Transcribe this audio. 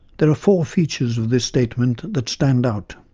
there are four features of this statement that stand out